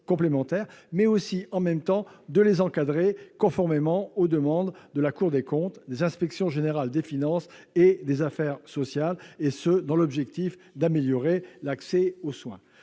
complémentaires, mais aussi les encadrer, conformément aux recommandations de la Cour des comptes, des inspections générales des finances et des affaires sociales, et ce afin d'améliorer l'accès aux soins.